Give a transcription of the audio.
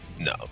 no